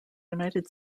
united